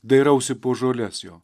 dairausi po žoles jo